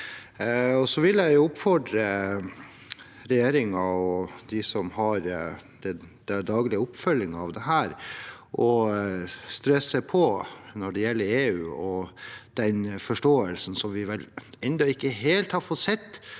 jeg oppfordre regjeringen og de som har den daglige oppfølgingen av dette, til å stresse på når det gjelder EU og den forståelsen som vi vel ennå ikke helt har fått se